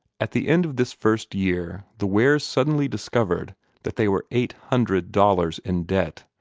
at the end of this first year the wares suddenly discovered that they were eight hundred dollars in debt.